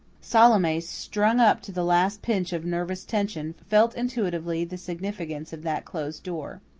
salome, strung up to the last pitch of nervous tension, felt intuitively the significance of that closed door.